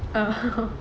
um